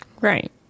right